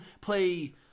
play